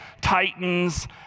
titans